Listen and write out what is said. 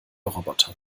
roboter